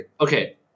Okay